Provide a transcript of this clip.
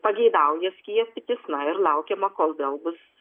pageidauja skiepytis na ir laukiama kol vėl bus